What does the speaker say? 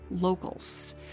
locals